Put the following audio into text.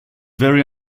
very